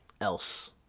else